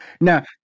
Now